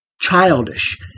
childish